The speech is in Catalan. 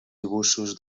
dibuixos